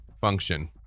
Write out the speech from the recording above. function